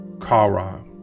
kara